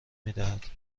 میدهد